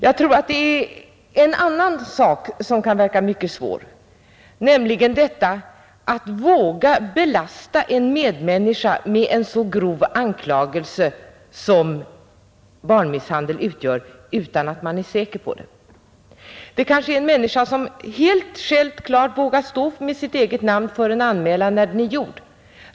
Jag tror att det också är någonting annat som kan verka mycket skrämmande, nämligen att belasta en medmänniska med en så grov anklagelse som den om barnmisshandel utgör utan att vara säker på sin sak. Däremot vågar man helt självklart stå med sitt eget namn för en anmälan när den är gjord.